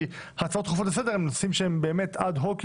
כי ההצעות הדחופות לסדר הם נושאים שהם אד הוק,